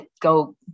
go